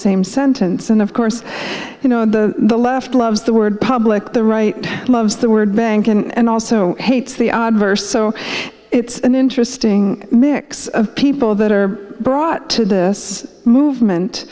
same sentence and of course you know the the left loves the word public the right loves the word bank and also hates the adverse so it's an interesting mix of people that are brought to this movement